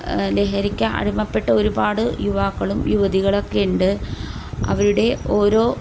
ലഹരിക്ക് അടിമപ്പെട്ട ഒരുപാട് യുവാക്കളും യുവതികളൊക്കെ ഉണ്ട് അവിടെ ഓരോ